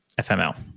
FML